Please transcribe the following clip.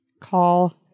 Call